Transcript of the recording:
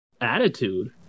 attitude